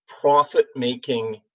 profit-making